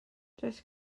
does